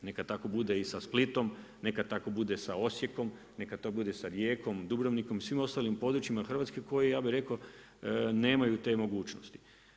Neka tako bude i sa Splitom, neka tako bude sa Osijekom, neka tako bude sa Rijekom, Dubrovnikom i svim ostalim područjima Hrvatske koji ja bih rekao nemaju te mogućnosti.